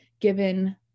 given